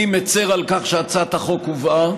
אני מצר על כך שהצעת החוק הובאה.